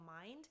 mind